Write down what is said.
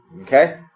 Okay